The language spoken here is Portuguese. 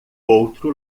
outro